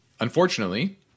unfortunately